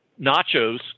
nachos